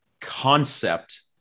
concept